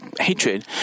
hatred